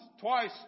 twice